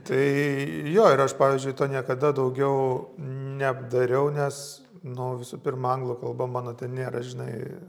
tai jo ir aš pavyzdžiui to niekada daugiau nebdariau nes nuo visų pirma anglų kalba mano ten nėra žinai